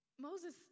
Moses